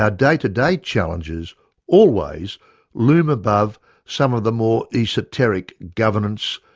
ah day to day challenges always loom above some of the more esoteric governance,